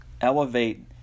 elevate